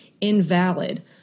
invalid